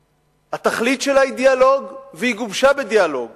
התכלית שלה היא דיאלוג, והיא גובשה בדיאלוג